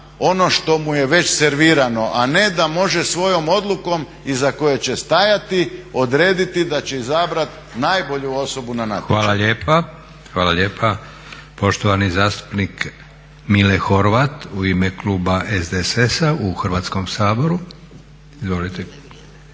ono što mu je već servirano, a ne da može svojom odlukom iza koje će stajati odrediti da će izabrati najbolju osobu na natječaju. **Leko, Josip (SDP)** Hvala lijepa. Poštovani zastupnik Mile Horvat u ime kluba SDSS-a u Hrvatskom saboru. Izvolite.